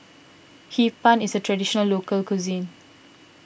Hee Pan is a Traditional Local Cuisine